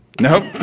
Nope